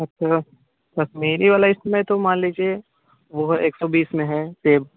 अच्छा कश्मीरी वाला इसमें तो मान लीजिए वह है एक सौ बीस में है सेब